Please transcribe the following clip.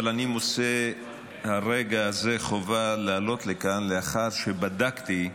אני מוצא ברגע הזה חובה לעלות לכאן לאחר שבדקתי,